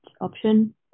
option